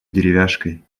деревяшкой